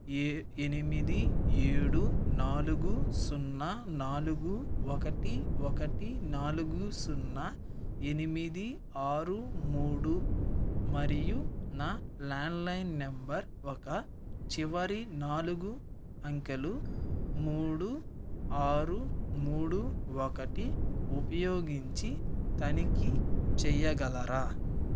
ఎనిమిది ఏడు నాలుగు సున్నా నాలుగు ఒకటి ఒకటి నాలుగు సున్నా ఎనిమిది ఆరు మూడు మరియు నా ల్యాండ్లైన్ నెంబర్ ఒక చివరి నాలుగు అంకెలు మూడు ఆరు మూడు ఒకటి ఉపయోగించి తనిఖీ చేయగలరా